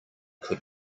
could